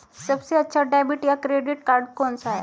सबसे अच्छा डेबिट या क्रेडिट कार्ड कौन सा है?